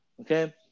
Okay